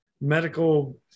medical